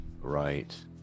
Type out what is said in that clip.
Right